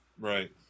Right